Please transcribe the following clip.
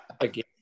again